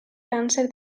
càncer